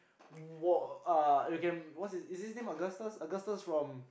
wa~ uh you can what's his is his name Augustus Augustus from